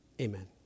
Amen